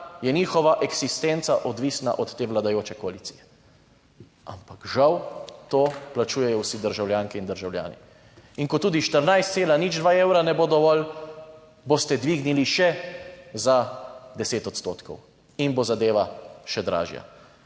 je njihova eksistenca odvisna od te vladajoče koalicije. Ampak, žal to plačujejo vsi državljanke in državljani. In ko tudi 14,02 evra ne bo dovolj boste dvignili še za 10 odstotkov in bo zadeva še dražja.